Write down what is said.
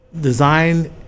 design